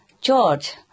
George